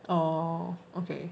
oh okay